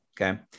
Okay